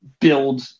build